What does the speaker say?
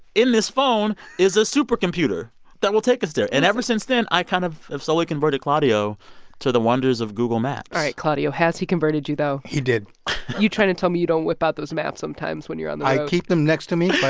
in this phone is a supercomputer that will take us there. and ever since then, i kind of have solely converted claudio to the wonders of google maps all right, claudio, has he converted you, though? he did you trying to tell me you don't whip out those maps sometimes when you're on the road? i keep them next to me, but